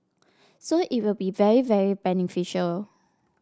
so it will be very very beneficial